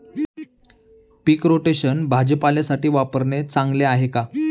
पीक rotation भाजीपाल्यासाठी वापरणे चांगले आहे का?